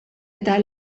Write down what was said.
eta